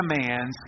commands